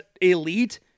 elite